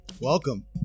Welcome